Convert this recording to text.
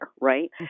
right